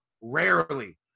rarely